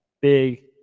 big